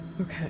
Okay